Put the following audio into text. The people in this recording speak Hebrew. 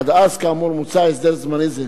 עד אז, כאמור, מוצע הסדר זמני זה.